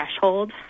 threshold